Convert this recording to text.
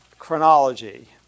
chronology